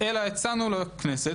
אלא הצענו לו כנסת,